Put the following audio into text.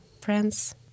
friends